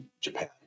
Japan